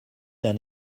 d’un